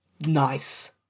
Nice